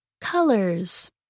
Colors